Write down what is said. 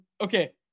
okay